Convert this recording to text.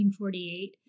1948